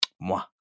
moi